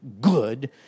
good